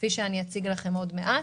כפי שאציג לכם עוד מעט.